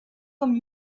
come